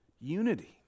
Unity